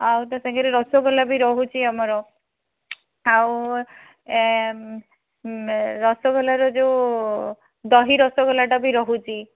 ଆଉ ତା ସାଙ୍ଗରେ ରସଗୋଲା ବି ରହୁଛି ଆମର ଆଉ ରସଗୋଲାର ଯେଉଁ ଦହି ରସଗୋଲାଟା ବି ରହୁଛି